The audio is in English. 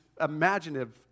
imaginative